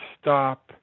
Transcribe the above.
stop